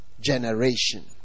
generation